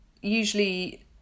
usually